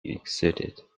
exceeded